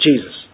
Jesus